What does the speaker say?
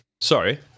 Sorry